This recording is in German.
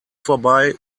vorbei